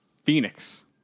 phoenix